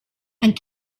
and